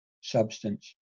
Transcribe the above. substance